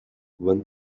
when